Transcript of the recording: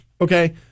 okay